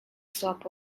stop